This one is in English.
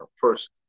first